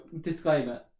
disclaimer